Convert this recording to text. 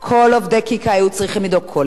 כל אחד עצמו,